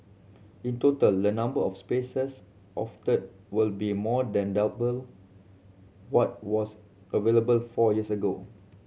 in total the number of spaces offered will be more than double what was available four years ago